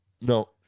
No